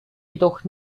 jedoch